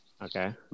Okay